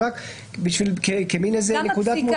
אבל רק כנקודת מוצא.